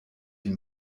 die